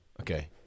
Okay